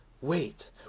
wait